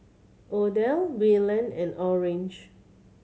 Odell Wayland and Orange